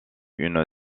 une